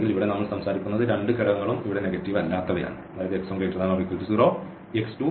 ഇവിടെ നമ്മൾ സംസാരിക്കുന്നത് രണ്ട് ഘടകങ്ങളും ഇവിടെ നെഗറ്റീവ് അല്ലാത്തവയാണ് x1≥0 x2≥0